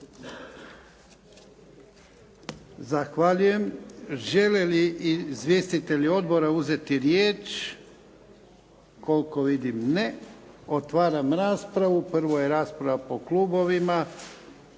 Zahvaljujem. Žele li izvjestitelji odbora uzeti riječ? Koliko vidim ne. Otvaram raspravu. Prvo je rasprava po klubovima.